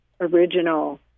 original